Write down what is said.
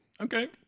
Okay